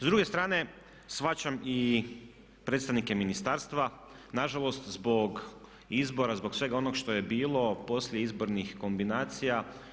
S druge strane shvaćam i predstavnike ministarstva nažalost zbog izbora, zbog svega onog što je bilo poslije izbornih kombinacija.